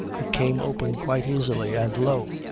it came open quite easily. and lo!